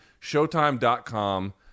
Showtime.com